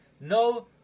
No